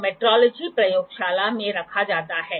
तो यह घटाता है और एंगल उत्पन्न करता है